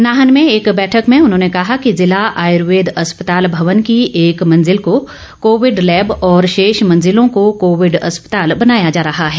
नाहन में एक बैठक में उन्होंने कहा कि जिला आयुर्वेद अस्पताल भवन की एक मंज़िल की कोविड लैब और शेश मंज़िलों को कोविड अस्पताल बनाया जा रहा है